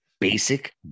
Basic